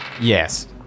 Yes